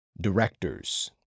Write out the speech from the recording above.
directors